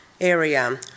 area